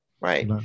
right